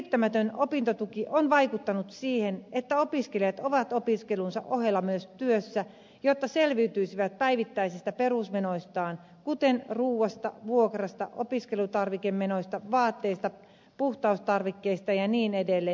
opiskelijoiden riittämätön opintotuki on vaikuttanut siihen että opiskelijat ovat opiskelunsa ohella myös työssä jotta selviytyisivät päivittäisistä perusmenoistaan kuten ruuasta vuokrasta opiskelutarvikemenoista vaatteista puhtaustarvikkeista ja niin edelleen